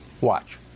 Watch